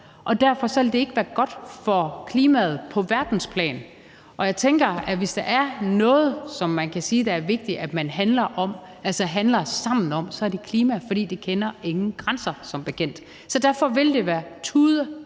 og derfor vil det ikke være godt for klimaet på verdensplan. Og jeg tænker, at det, hvis der er noget, som man kan sige det er vigtigt at man handler sammen om, så er klimaet, fordi klimaet som bekendt ikke kender nogen grænser. Så derfor vil det med